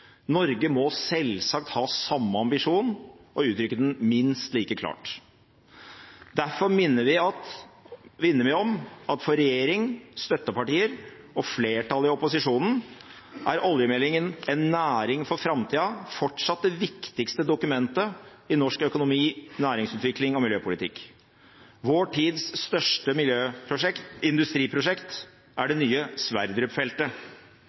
Norge må selvsagt ha samme ambisjon og uttrykke den minst like klart. Derfor minner vi om at for regjering, støttepartier og flertallet i opposisjonen er oljemeldingen En næring for framtida fortsatt det viktigste dokumentet i norsk økonomi, næringsutvikling og miljøpolitikk. Vår tids største industriprosjekt er det nye